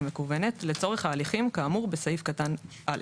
המקוונת לצורך ההליכים כאמור בסעיף קטן (א).